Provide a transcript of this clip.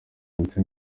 ndetse